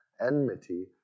enmity